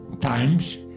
times